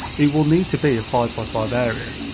it will need to be a five by five area,